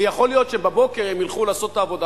ויכול להיות שבבוקר הם ילכו לעשות את העבודה